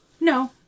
No